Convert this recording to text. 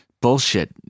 bullshit